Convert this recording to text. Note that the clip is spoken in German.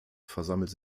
versammelt